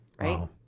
right